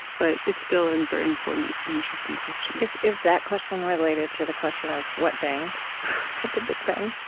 but it's still a and very important and interesting question is is that question related to the question of what banged at the big bang?